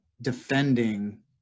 defending